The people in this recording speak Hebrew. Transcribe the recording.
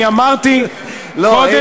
אני אמרתי: קודם,